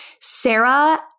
Sarah